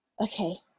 okay